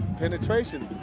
penetration.